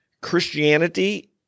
Christianity